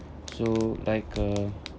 so like uh